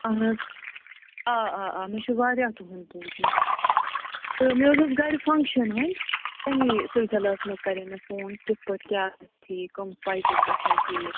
اَہَن حظ آ آ آ مےٚ چھُ وارِیاہ تُہُنٛد بوٗزمُت تہٕ مےٚ حط اوس گَرِ فنٛگشن وۅنۍ تٔمی سِلسِلس منٛز کَریاے مےٚ فون کِتھٕ پٲٹھۍ کیٛاہ آسہِ ٹھیٖک کٕم سُپایسِز گَژھن ٹھیٖک